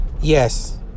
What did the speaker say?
Yes